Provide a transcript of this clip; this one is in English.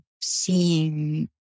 seeing